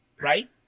right